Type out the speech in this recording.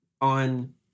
on